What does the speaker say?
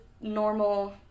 normal